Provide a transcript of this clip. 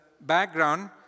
background